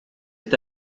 est